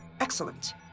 Excellent